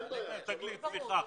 'תגלית', סליחה.